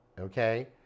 Okay